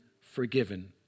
forgiven